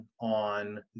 on